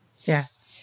Yes